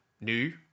new